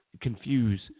confuse